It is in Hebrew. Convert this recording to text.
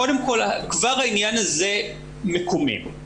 כבר העניין הזה מקומם.